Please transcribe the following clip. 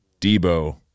debo